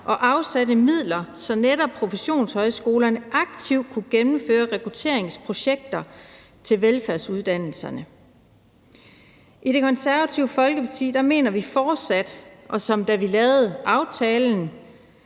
og afsatte midler, så netop professionshøjskolerne aktivt kunne gennemføre rekrutteringsprojekter til velfærdsuddannelserne. I Det Konservative Folkeparti mener vi fortsat, ligesom vi også gjorde,